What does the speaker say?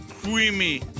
creamy